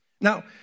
Now